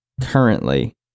currently